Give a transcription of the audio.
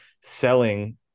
selling